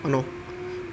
!hannor!